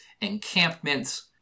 encampments